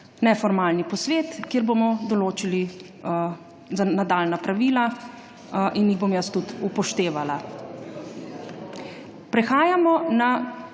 neformalni posvet, kjer bomo določili nadaljnja pravila in jih bom jaz tudi upoštevala. Tako